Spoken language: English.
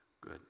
Good